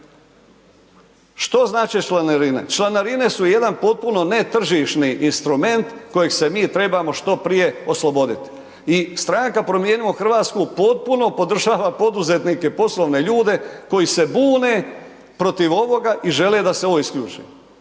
Što znače članarine? Članarine su jedan potpuno netržišni instrument kojeg se mi trebamo što prije oslobodit i Stranka promijenimo Hrvatsku potpuno podržava poduzetnike, poslovne ljude koji se bune protiv ovoga i žele da se ovo isključi,